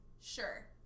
sure